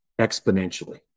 exponentially